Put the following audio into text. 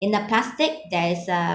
in the plastic there is a